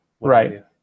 Right